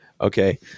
okay